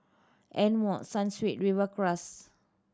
Amore Sunsweet Rivercrest